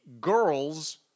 girls